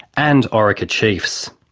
and orica chiefs.